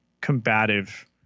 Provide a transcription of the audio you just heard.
combative